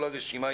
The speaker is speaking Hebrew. כל הרשימה,